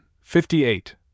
fifty-eight